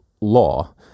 law